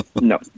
No